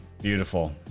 Beautiful